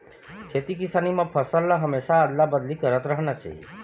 खेती किसानी म फसल ल हमेशा अदला बदली करत रहना चाही